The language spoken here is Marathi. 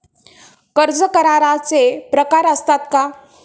कर्ज कराराचे प्रकार असतात का?